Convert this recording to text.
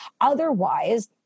Otherwise